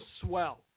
swell